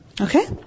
Okay